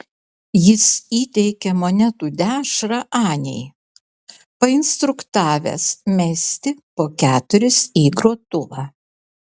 jis įteikė monetų dešrą anei painstruktavęs mesti po keturis į grotuvą